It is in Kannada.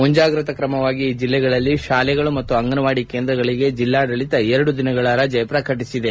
ಮುಂಜಾಗ್ರತ ಕ್ರಮವಾಗಿ ಈ ಜಿಲ್ಲೆಗಳಲ್ಲಿ ಶಾಲೆಗಳು ಮತ್ತು ಅಂಗನವಾಡಿ ಕೇಂದ್ರಗಳಿಗೆ ಜಿಲ್ಲಾಡಳಿತ ಎರಡು ದಿನ ರಜೆ ಫೋಷಿಸಿದೆ